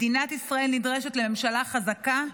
מדינת ישראל נדרשת לממשלה חזקה,